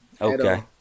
Okay